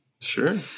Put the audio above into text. Sure